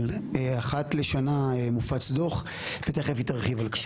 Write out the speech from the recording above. אבל, אחת לשנה מופץ דו"ח, ותכף היא תרחיב על כך.